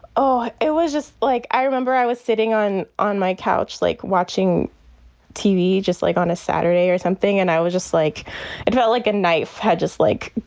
oh, it was just like i remember i was sitting on on my couch, like watching tv, just like on a saturday or something. and i was just like it felt like a knife had just like